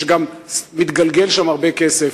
גם מתגלגל שם הרבה כסף.